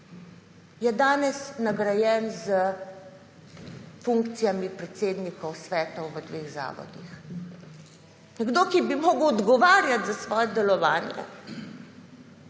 je danes nagrajen s funkcijami predsednikov svetov v dveh zavodih. Nekdo, ki bi moral odgovarjati za svoje delovanje